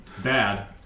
bad